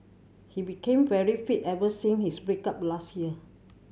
he became very fit ever since his break up last year